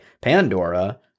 pandora